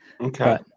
Okay